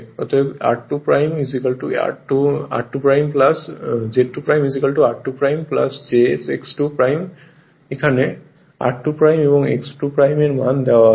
অতএব Z2 r2 j SX 2 এখানে r2 এবং X 2 এর মান দেওয়া আছে